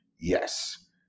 yes